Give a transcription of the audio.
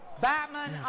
Batman